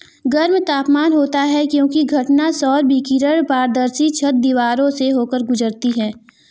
गर्म तापमान होता है क्योंकि घटना सौर विकिरण पारदर्शी छत, दीवारों से होकर गुजरती है